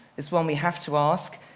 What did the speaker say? it's one we have to ask,